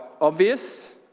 obvious